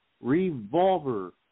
Revolver